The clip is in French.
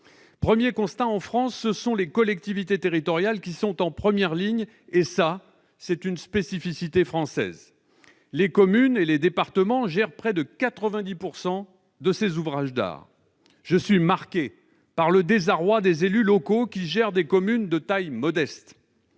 Premier constat, en France, ce sont les collectivités territoriales qui sont en première ligne. Il s'agit d'une spécificité française ! Les communes et les départements gèrent près de 90 % de ces ouvrages d'art. Je suis marqué par le désarroi des élus locaux qui gèrent des communes de taille modeste.